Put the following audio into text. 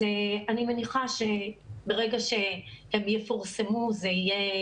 אז אני מניחה שברגע שהן יפרסמו זה יהיה